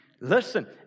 Listen